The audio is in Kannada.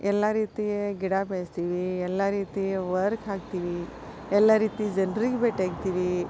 ಎಲ್ಲ ರೀತಿಯ ಗಿಡ ಬೆಳೆಸ್ತೀವಿ ಎಲ್ಲ ರೀತಿಯ ವರ್ಕ್ ಹಾಕ್ತೀವಿ ಎಲ್ಲ ರೀತಿ ಜನ್ರಿಗೆ ಭೇಟಿಯಾಗ್ತಿವಿ